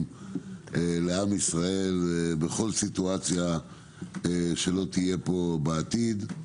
לעם ישראל בכל סיטואציה שתהיה פה בעתיד.